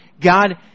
God